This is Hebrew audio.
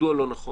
מדוע לא נכון?